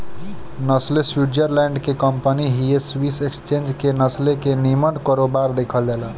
Nestle Switzerland के company हिय Swiss exchange में नेस्ले के निमन कारोबार देखल जाला